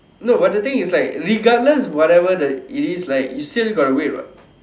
no but the thing is that regardless whatever that it is like you gotta to wait what